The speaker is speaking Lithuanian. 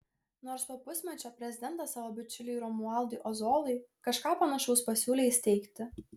nors po pusmečio prezidentas savo bičiuliui romualdui ozolui kažką panašaus pasiūlė įsteigti